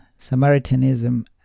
Samaritanism